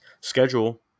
schedule